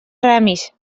ramis